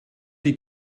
die